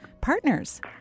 partners